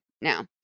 now